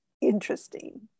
interesting